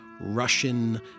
Russian